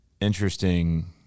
interesting